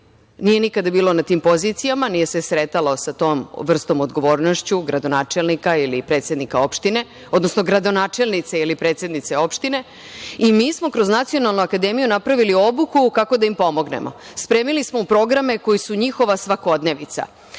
nije nikada bilo na tim pozicijama, nije se sretalo sa tom vrstom odgovornosti gradonačelnika ili predsednika opštine, odnosno gradonačelnice ili predsednice opštine, i mi smo kroz Nacionalnu akademiju napravili obuku kako da im pomognemo. Spremili smo programe koji su njihova svakodnevica.